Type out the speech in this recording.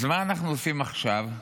אז מה אנחנו עושים עכשיו?